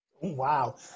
Wow